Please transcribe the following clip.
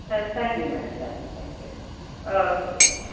thank you madam thank you thank you okay bye okay